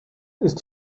ist